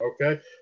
Okay